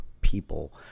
people